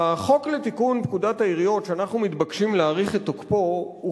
החוק לתיקון פקודת העיריות שאנחנו מתבקשים להאריך את תוקפו הוא